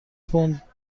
پوند